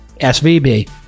SVB